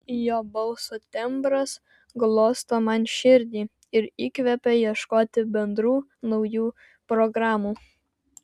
jo balso tembras glosto man širdį ir įkvepia ieškoti bendrų naujų programų